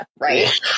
right